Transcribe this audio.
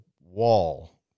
wall –